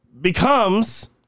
Becomes